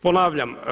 Ponavljam.